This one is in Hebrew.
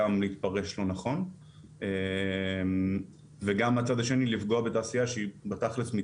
וגם מהצד השני לפגוע בתעשייה שהיא בתכל'ס מתנהלת בסדר גמור.